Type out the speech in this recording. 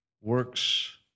works